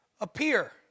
appear